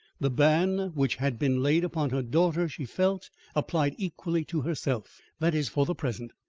the ban which had been laid upon her daughter she felt applied equally to herself that is for the present.